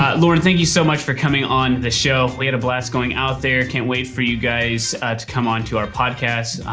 lauren, thank you so much for coming on the show. we had a blast going out there. can't wait for you guys to come onto our podcast.